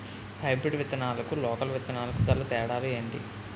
Hybrid విత్తనాలకు local విత్తనాలకు గల తేడాలు ఏంటి?